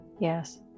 Yes